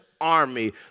army